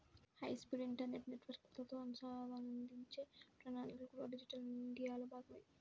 high speed internet నెట్వర్క్లతో అనుసంధానించే ప్రణాళికలు కూడా డిజిటల్ ఇండియాలో భాగమే